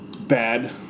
bad